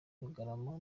rugarama